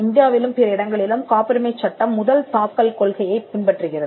இந்தியாவிலும் பிற இடங்களிலும் காப்புரிமைச் சட்டம் முதல் தாக்கல் கொள்கையை பின்பற்றுகிறது